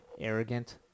arrogant